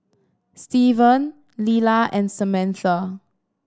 Steven Lilla and Samantha